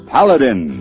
Paladin